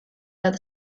bat